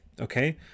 okay